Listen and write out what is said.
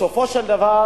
בסופו של דבר